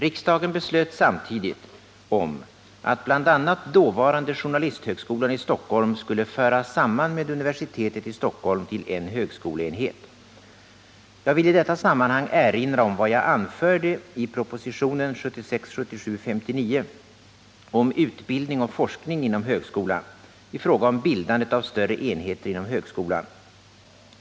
Riksdagen beslöt samtidigt om att bl.a. dåvarande journalisthögskolan i Stockholm skulle föras samman med universitetet i Stockholm till en högskoleenhet. Jag vill i detta sammanhang erinra om vad jag anförde i propositionen 1976/77:59 om utbildning och forskning inom högskolan m.m. i fråga om bildandet av större enheter inom högskolan.